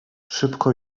szybko